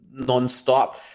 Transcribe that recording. nonstop